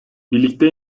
birlikte